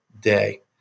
day